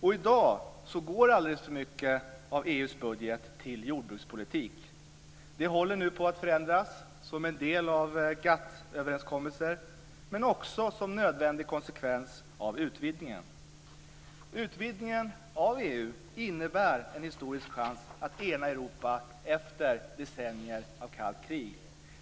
I dag går alldeles för mycket av EU:s budget till jordbrukspolitik. Det håller nu på att förändras som en del av GATT-överenskommelser, men också som en nödvändig konsekvens av utvidgningen. Utvidgningen av EU innebär en historisk chans att ena Europa efter decennier av kallt krig.